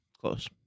Close